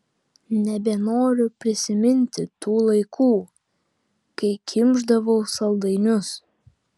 nebenoriu prisiminti tų laikų kai kimšdavau saldainius